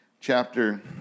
chapter